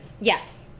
Yes